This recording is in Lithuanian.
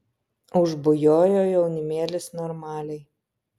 užbujojo jaunimėlis normaliai